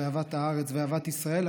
אהבת הארץ ואהבת ישראל,